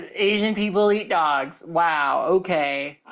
ah asian people eat dogs. wow. okay.